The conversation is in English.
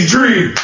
Dream